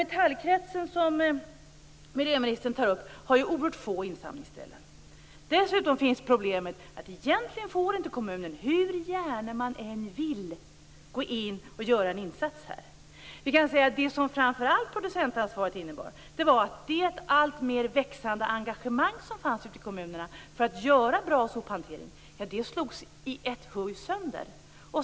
Metallkretsen, som miljöministern nämner, har oerhört få insamlingsställen. Dessutom finns problemet att kommunen egentligen, hur gärna man än vill, inte får gå in och göra en insats här. Vad producentansvaret framför allt innebar var att det alltmer växande engagemanget ute i kommunerna för att åstadkomma en bra sophantering i ett huj slogs sönder.